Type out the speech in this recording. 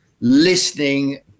listening